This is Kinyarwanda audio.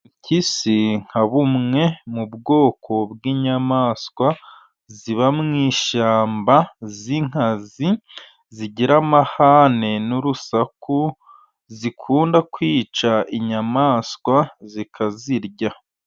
Impyisi nka bumwe mu bwoko bw'inyamaswa ziba mu ishyamba z'inkazi, zigira amahane n'urusaku zikunda kwica inyamaswa zikazirya.